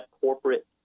corporate